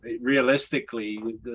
realistically